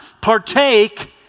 partake